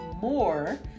more